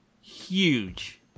huge